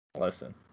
Listen